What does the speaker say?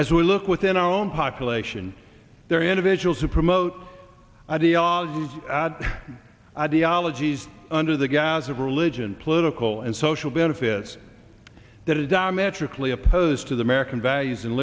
as we look within our own population there are individuals who promote ideologies add ideologies under the guise of religion political and social benefits that is diametrically opposed to the american values and